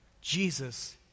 Jesus